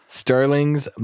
sterling's